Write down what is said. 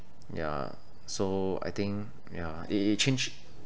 ya so I think yeah they change